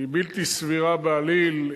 היא בלתי סבירה בעליל.